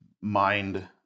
mind